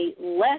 less